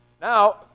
Now